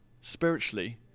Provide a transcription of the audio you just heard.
spiritually